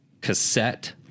cassette